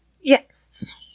Yes